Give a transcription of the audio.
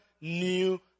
new